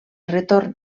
retorn